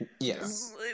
Yes